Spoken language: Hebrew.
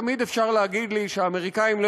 תמיד אפשר להגיד לי שהאמריקנים לא